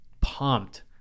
pumped